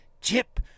CHIP